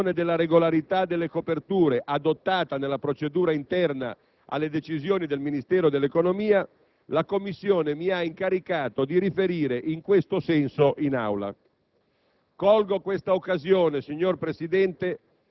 e lo fa secondo la prassi di certificazione della regolarità delle coperture adottata nella procedura interna alle decisioni del Ministero dell'economia, la Commissione mi ha incaricato di riferire in questo senso in Aula.